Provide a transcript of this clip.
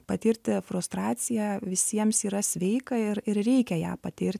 patirti frustraciją visiems yra sveika ir ir reikia ją patir